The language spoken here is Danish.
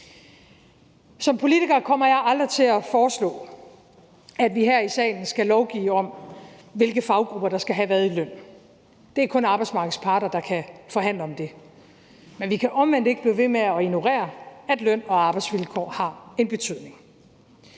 Som politiker kommer jeg aldrig til at foreslå, at vi her i salen skal lovgive om, hvilke faggrupper der skal have hvad i løn. Det er kun arbejdsmarkedets parter, der kan forhandle om det. Men vi kan omvendt ikke blive ved med at ignorere, at løn og arbejdsvilkår har en betydning.